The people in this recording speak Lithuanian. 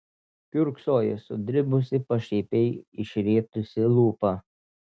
kiurksojo sudribusi pašaipiai išrietusi lūpą